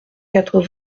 quatre